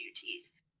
duties